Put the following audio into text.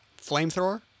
flamethrower